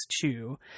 two